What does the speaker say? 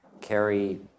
carry